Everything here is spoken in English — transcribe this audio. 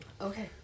Okay